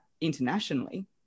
internationally